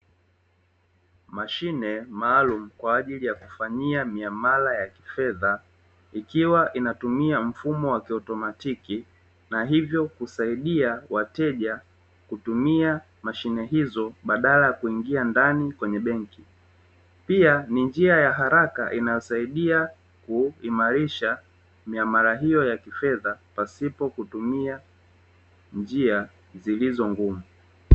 Mashine maalumu kwa ajili ya kufanyia miamala ya kifedha ikiwa inatumia mfumo wa kiautomatiki na hivyo kusaidia wateja kutumia mashine hizo badala ya kuingia ndani kwenye benki, pia ni njia ya haraka inayosaidia kuimarisha miamala hiyo ya kifedha pasipo kutumia njia zilizo ngumu.